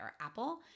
Apple